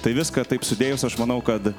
tai viską taip sudėjus aš manau kad